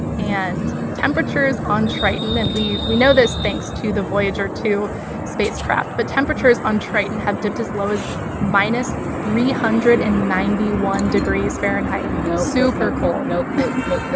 and and temperatures on triton and we we know this thanks to the voyager two spacecraft. but temperatures on triton have dipped as low as minus three hundred and ninety one degrees fahrenheit super cold nope, nope, nope, nope, nope,